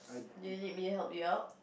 do you need me help you out